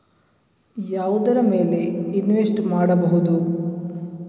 ಯಾವುದರ ಮೇಲೆ ಇನ್ವೆಸ್ಟ್ ಮಾಡಬಹುದು?